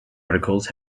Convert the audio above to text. articles